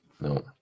No